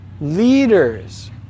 leaders